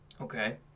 Okay